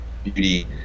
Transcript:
beauty